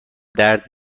درد